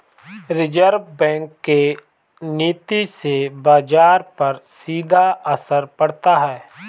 reserve bank के नीति से बाजार पर सीधा असर पड़ता है